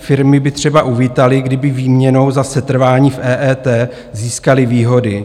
Firmy by třeba uvítaly, kdyby výměnou za setrvání v EET získaly výhody.